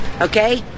okay